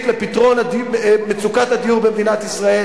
לפתרון מצוקת הדיור במדינת ישראל,